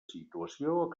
situació